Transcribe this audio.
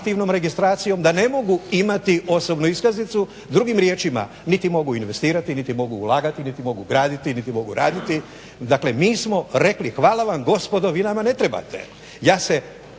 aktivnom registracijom da ne mogu imati osobnu iskaznicu. Drugim riječima niti mogu investirati, niti mogu ulagati, niti mogu graditi, niti mogu raditi. Dakle, mi smo rekli hvala vam gospodo vi nama ne trebate.